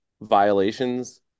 violations